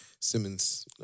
Simmons